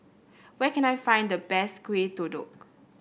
where can I find the best Kueh Kodok